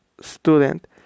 Student